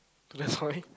we are sorry